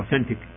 authentic